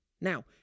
Now